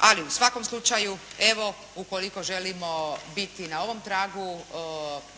ali u svakom slučaju evo, ukoliko želimo biti na ovom tragu